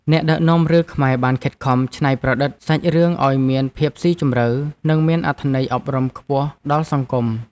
អ្នកដឹកនាំរឿងខ្មែរបានខិតខំច្នៃប្រឌិតសាច់រឿងឱ្យមានភាពស៊ីជម្រៅ និងមានអត្ថន័យអប់រំខ្ពស់ដល់សង្គម។